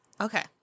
Okay